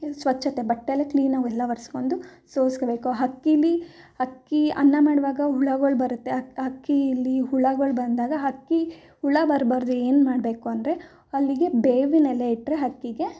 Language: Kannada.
ಸ್ವಚ್ಛತೆ ಬಟ್ಟೆಯಲ್ಲೇ ಕ್ಲೀನಾಗಿ ಎಲ್ಲ ಒರ್ಸ್ಕೊಂಡು ಸೋಸ್ಕೊಳ್ಬೇಕು ಹಕ್ಕಿಯಲ್ಲಿ ಅಕ್ಕಿ ಅನ್ನ ಮಾಡುವಾಗ ಹುಳಗಳು ಬರುತ್ತೆ ಅಕ್ಕಿಯಲ್ಲಿ ಹುಳಗಳು ಬಂದಾಗ ಹಕ್ಕಿ ಹುಳ ಬರಬಾರ್ದು ಏನು ಮಾಡಬೇಕು ಅಂದರೆ ಅಲ್ಲಿಗೆ ಬೇವಿನೆಲೆ ಇಟ್ಟರೆ ಹಕ್ಕಿಗೆ